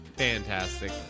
fantastic